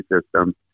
system